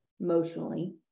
emotionally